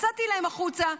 יצאתי אליהם החוצה,